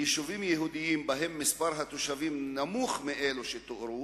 ביישובים יהודיים שבהם מספר התושבים נמוך ממה שתואר,